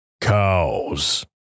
Cows